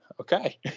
Okay